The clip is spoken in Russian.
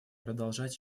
продолжать